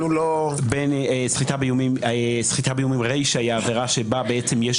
לא --- סחיטה באיומים רישה היא העבירה שבה בעצם יש